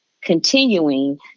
continuing